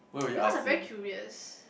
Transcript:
because I very curious